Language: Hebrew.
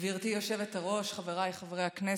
גברתי היושבת-ראש, חבריי חברי הכנסת,